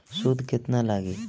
सूद केतना लागी?